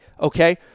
okay